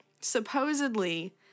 supposedly